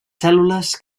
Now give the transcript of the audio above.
cèl·lules